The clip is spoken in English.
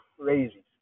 crazy